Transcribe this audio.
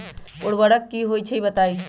उर्वरक की होई छई बताई?